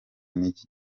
n’iki